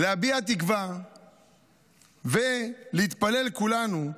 להביע תקווה ולהתפלל כולנו: